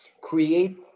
Create